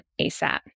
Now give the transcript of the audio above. ASAP